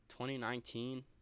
2019